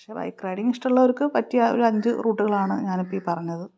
പക്ഷെ bike riding ഇഷ്ടമുള്ളവർക്ക് പറ്റിയ ഒരു അഞ്ച് റൂട്ടുകളാണ് ഞാനിപ്പോള് ഈ പറഞ്ഞത്